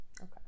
Okay